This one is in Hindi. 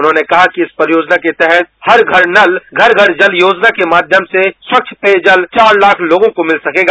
उन्होंने कहा कि इसी परियोजना के तहत हल घर नल घर घर जल योजना के माध्यम से स्वच्छ पेयजल चार लाख लोगों को मिल सकेगा